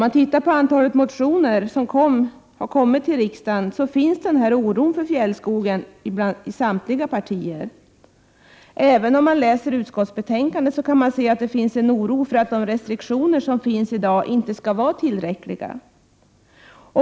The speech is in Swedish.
Att döma av antalet riksdagsmotioner som väckts i frågan finns oron för fjällskogen i samtliga partier. Om man läser utskottsbetänkandet, kan man också se att det finns en oro för att de restriktioner som gäller i dag inte skall vara tillräckliga.